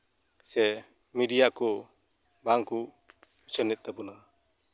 ᱥᱮ ᱢᱤᱰᱤᱭᱟ ᱠᱚ ᱵᱟᱝᱠᱚ ᱩᱪᱷᱟᱹᱱᱮᱜ ᱛᱟᱵᱳᱱᱟ